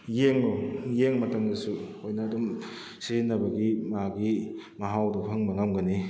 ꯌꯦꯡꯉꯨ ꯌꯦꯡꯕ ꯃꯇꯝꯗꯁꯨ ꯍꯣꯏꯅ ꯑꯗꯨꯝ ꯁꯤꯖꯤꯟꯅꯕꯒꯤ ꯃꯥꯒꯤ ꯃꯍꯥꯎꯗꯣ ꯈꯪꯕ ꯉꯝꯒꯅꯤ